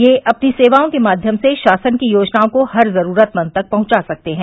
ये अपनी सेवाओं के माध्यम से शासन की योजनाओं को हर जरूरतमन्द तक पहंचा सकते हैं